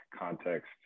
context